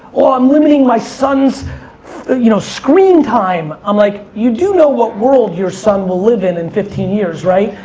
oh, i'm limiting my son's you know screen time, i'm like, you do know what world your son will live in in fifteen years, right?